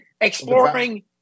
exploring